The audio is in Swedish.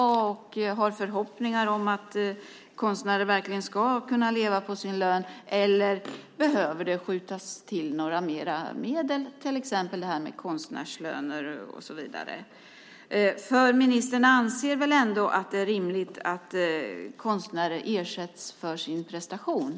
Har ministern några förhoppningar om att konstnärer ska kunna leva på sin lön, eller behöver det skjutas till mer medel till exempel i form av konstnärslöner? Nog anser väl ministern att det är rimligt att konstnärer ersätts för sina prestationer?